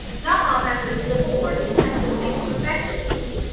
not long after the civil war the attempt was made to perfect isigny.